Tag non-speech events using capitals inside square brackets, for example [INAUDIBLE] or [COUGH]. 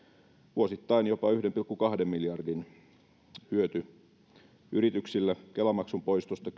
vuosittain jopa yhden pilkku kahden miljardin hyöty yrityksille kela maksun poistosta [UNINTELLIGIBLE]